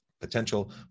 potential